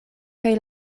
kaj